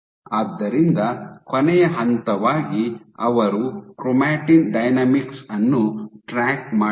ಆದ್ದರಿಂದ ಕೊನೆಯ ಹಂತವಾಗಿ ಅವರು ಕ್ರೊಮಾಟಿನ್ ಡೈನಾಮಿಕ್ಸ್ ಅನ್ನು ಟ್ರ್ಯಾಕ್ ಮಾಡಿದರು